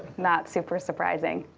not super surprising.